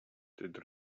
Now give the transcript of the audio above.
that